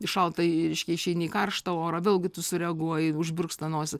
iš šalto reiškia išeini į karštą orą vėlgi tu sureaguoji užburksta nosis